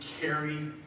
carry